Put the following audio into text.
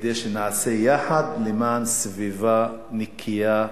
כדי שנעשה יחד למען סביבה נקייה,